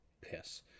Piss